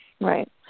Right